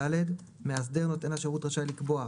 (ד) מאסדר נותן השירות רשאי לקבוע,